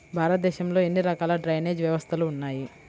భారతదేశంలో ఎన్ని రకాల డ్రైనేజ్ వ్యవస్థలు ఉన్నాయి?